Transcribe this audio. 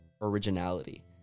originality